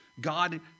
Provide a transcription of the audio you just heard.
God